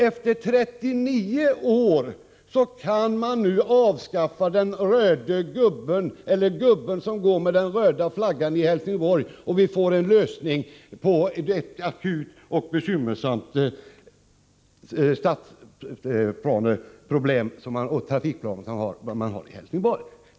Efter 39 år kan man avskaffa gubben med den röda flaggan i Helsingborg. Man får en lösning på ett gammalt och bekymmersamt stadsplaneoch trafikproblem som länge har varit akut i Helsingborg.